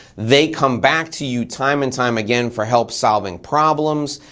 they come back to you time and time again for help solving problems.